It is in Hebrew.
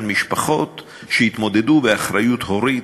של משפחות שהתמודדו באחריות הורית,